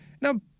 Now